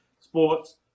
sports